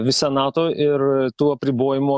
visa nato ir tų apribojimų